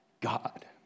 God